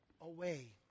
away